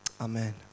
Amen